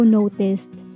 noticed